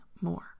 more